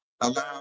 allow